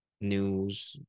news